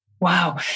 Wow